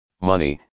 money